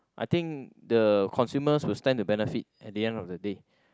I think the consumers will stand to benefit at the end of the day